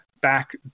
back